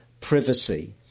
privacy